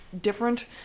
different